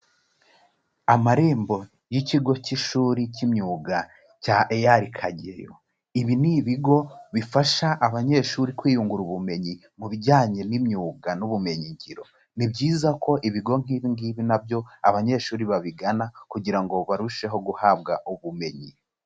Amarembo y'ikigo cy'ishuri cy'imyuga cya EAR Kageyo, ibi ni ibigo bifasha abanyeshuri kwiyungura ubumenyi mu bijyanye n'imyuga n'ubumenyigiro, ni byiza ko ibigo nk'ibi ngibi na byo abanyeshuri babigana kugira ngo barusheho guhabwa ubumenyi.